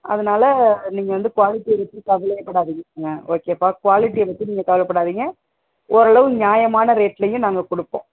அதனால நீங்கள் வந்து குவாலிட்டியை பற்றி கவலையேப்படாதீங்க ஆ ஓகேப்பா குவாலிட்டியை பற்றி நீங்கள் கவலைப்படாதீங்க ஓரளவு நியாமான ரேட்லையே நாங்கள் கொடுப்போம்